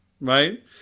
right